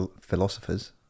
philosophers